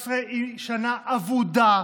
שנת 2019 היא שנה אבודה,